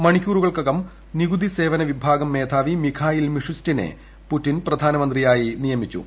മണിക്കൂറകൾക്കകം നികുതി സേവന വിഭാഗം മേധാവി മിഖായീൽ മിഷുസ്റ്റിനെ പുടിൻ പ്രധാനമന്ത്രിയായി നിയമിച്ചു